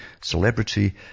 celebrity